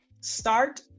start